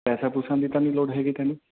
ਪੈਸਿਆਂ ਪੁਸਿਆਂ ਦੀ ਤਾਂ ਨਹੀਂ ਲੋੜ ਹੈਗੀ ਤੈਨੂੰ